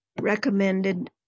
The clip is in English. recommended